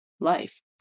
life